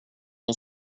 hon